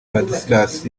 ladislas